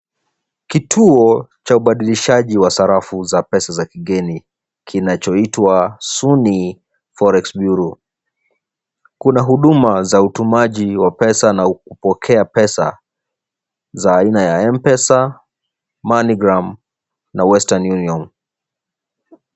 Kituo cha ubadilishaji wa sarafu za pesa za kigeni kinachoitwa Sunny Forex Bureau. Kuna huduma za utumaji wa pesa na kupokea pesa za aina ya M-Pesa, Moneygram na Western Union.